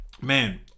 man